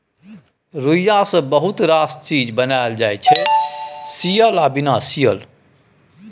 रुइया सँ बहुत रास चीज बनाएल जाइ छै सियल आ बिना सीयल